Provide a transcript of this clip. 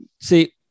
See